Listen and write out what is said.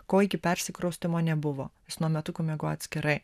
ko iki persikraustymo nebuvo nuo metukų miegojo atskirai